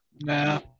nah